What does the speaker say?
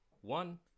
one